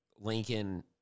Lincoln